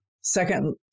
Second